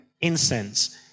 incense